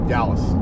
Dallas